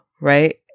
right